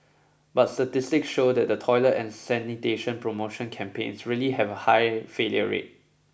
but statistics show that toilet and sanitation promotion campaigns really have a high failure rate